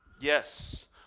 Yes